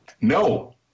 No